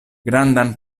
grandan